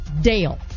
Dale